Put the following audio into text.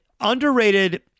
Underrated